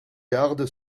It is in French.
garde